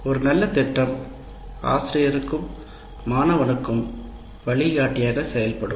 ஒரு நல்ல திட்டம் ஆசிரியருக்கும் மாணவனுக்கும் வழிகாட்டியாக செயல்படும்